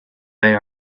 they